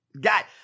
Got